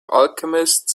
alchemist